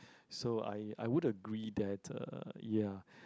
so I I would agree that uh ya